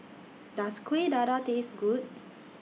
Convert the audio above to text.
Does Kuih Dadar Taste Good